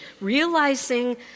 realizing